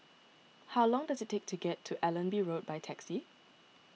how long does it take to get to Allenby Road by taxi